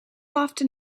often